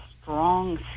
strong